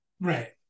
right